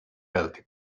healthy